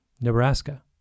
Nebraska